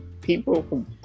People